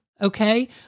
okay